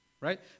Right